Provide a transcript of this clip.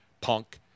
punk